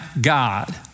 God